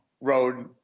road